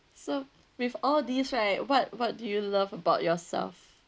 so with all these right what what do you love about yourself